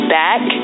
back